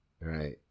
right